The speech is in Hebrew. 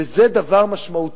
וזה דבר משמעותי.